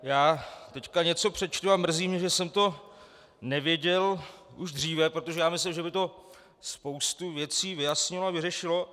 Já teď něco přečtu a mrzí mě, že jsem to nevěděl už dříve, protože myslím, že by to spoustu věcí vyjasnilo a vyřešilo.